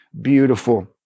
beautiful